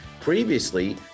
previously